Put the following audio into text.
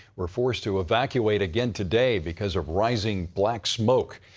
were forced to evacuate again today because of rising black smoke.